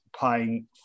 paying